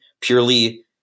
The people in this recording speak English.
purely